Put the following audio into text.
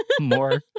more